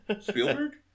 Spielberg